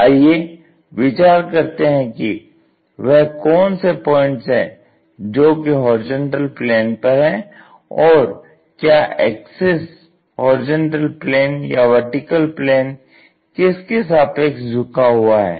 आइए विचार करते हैं कि वह कौन से पॉइंट्स है जोकि होरिजेंटल प्लेन पर हैं और क्या एक्सिस होरिजेंटल प्लेन या वर्टिकल प्लेन किसके सापेक्ष झुका हुआ है